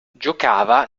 giocava